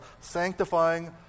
sanctifying